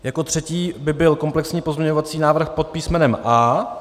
Jako třetí by byl komplexní pozměňovací návrh pod písmenem A.